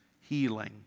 healing